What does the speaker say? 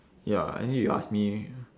ya anyway you ask me